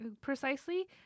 precisely